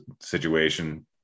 situation